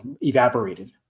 evaporated